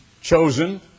chosen